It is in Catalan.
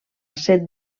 ser